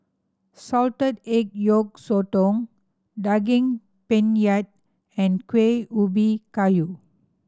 salted egg yolk sotong Daging Penyet and Kueh Ubi Kayu